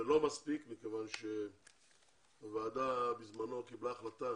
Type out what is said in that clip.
זה לא מספיק מכיוון הוועדה בזמנו קיבלה החלטה